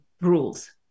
rules